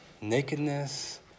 nakedness